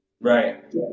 right